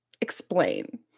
explain